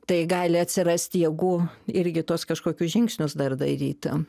tai gali atsirast jėgų irgi tuos kažkokius žingsnius dar daryt